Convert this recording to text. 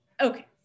Okay